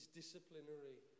disciplinary